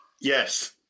Yes